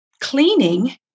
cleaning